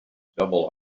doubled